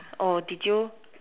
did you